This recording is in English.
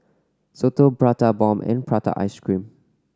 soto Prata Bomb and prata ice cream